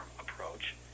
approach